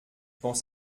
penses